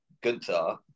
Gunther